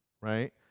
Right